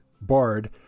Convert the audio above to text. Bard